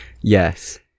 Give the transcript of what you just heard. Yes